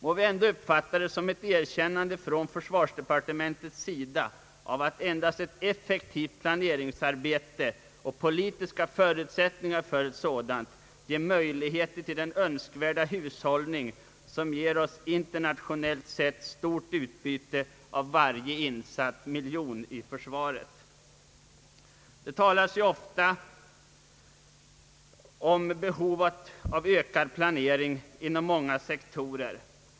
Må vi ändå uppfatta det som ett erkännande från försvarsdepartementet att endast ett effektivt planeringsarbete ger möjligheter till den önskvärda hushållning som ger oss internationellt sett ett stort utbyte av varje i försvaret insatt miljon. Det talas ofta om behovet av ökad planering inom många sektorer.